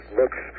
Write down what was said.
looks